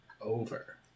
over